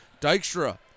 Dykstra